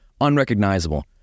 Unrecognizable